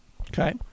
Okay